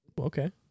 Okay